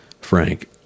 Frank